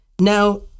Now